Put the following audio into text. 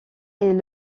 est